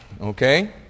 Okay